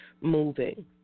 moving